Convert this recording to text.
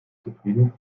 zufrieden